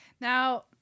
Now